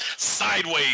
sideways